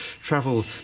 travel